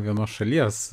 vienos šalies